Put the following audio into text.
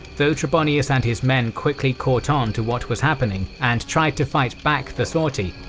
though trebonius' and his men quickly caught on to what was happening and tried to fight back the sortie,